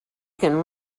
can